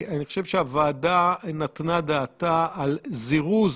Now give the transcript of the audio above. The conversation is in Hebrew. אני חושב שהוועדה נתנה דעתה על זירוז